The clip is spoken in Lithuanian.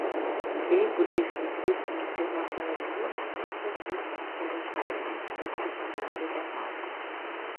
jeigu išsiskirsim su rafaeliu viskas guls ant tavo sąžinės karčiai pasakė donalda